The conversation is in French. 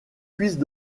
cuisses